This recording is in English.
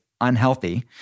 unhealthy